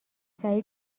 سعید